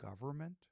government